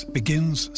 begins